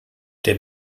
der